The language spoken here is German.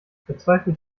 verzweifelt